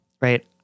right